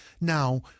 Now